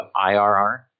IRR